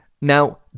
Now